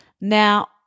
Now